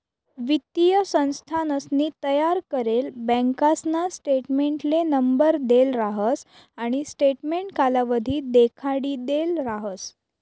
वित्तीय संस्थानसनी तयार करेल बँकासना स्टेटमेंटले नंबर देल राहस आणि स्टेटमेंट कालावधी देखाडिदेल राहस